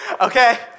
Okay